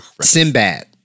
Sinbad